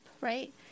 right